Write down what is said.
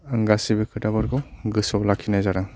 आं गासैबो खोथाफोरखौ गोसोआव लाखिनाय जादों